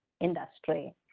industry